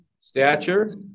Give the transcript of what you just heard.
Stature